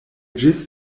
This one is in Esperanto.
ĝis